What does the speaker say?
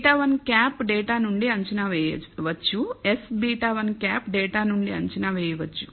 β̂1 data నుండి అంచనా వేయవచ్చు s β̂1 డేటా నుండి అంచనా వేయవచ్చు